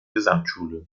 gesamtschule